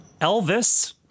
Elvis